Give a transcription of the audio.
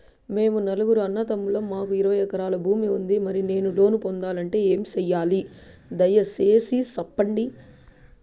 మేము నలుగురు అన్నదమ్ములం మాకు ఇరవై ఎకరాల భూమి ఉంది, మరి నేను లోను పొందాలంటే ఏమి సెయ్యాలి? దయసేసి సెప్పండి?